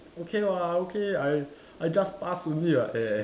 okay lor I okay I I just passed only [what] ya ya